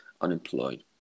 unemployed